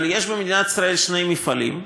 אבל יש במדינת ישראל שני מפעלים: